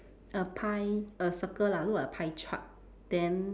a pie a circle lah look like a pie chart then